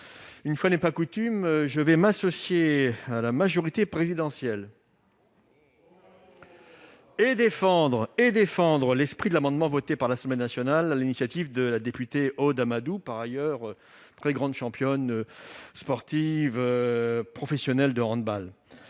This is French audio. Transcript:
une fois n'est pas coutume, je vais m'associer à la majorité présidentielle et défendre l'esprit de l'amendement voté par l'Assemblée nationale sur l'initiative de la députée Aude Amadou, par ailleurs sportive professionnelle et